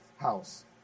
house